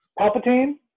Palpatine